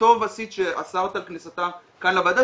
וטוב עשית שאסרת על כניסתם כאן לוועדה,